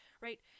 right